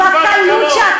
חצופה שכמוך.